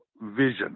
vision